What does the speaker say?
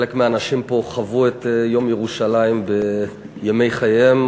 חלק מהאנשים פה חוו את יום ירושלים בימי חייהם.